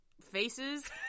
faces